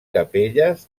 capelles